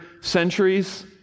centuries